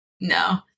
No